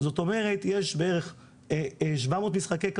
זאת אומרת יש בערך 700 משחקי כדורגל,